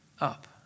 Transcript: up